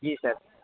جی سر